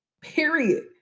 period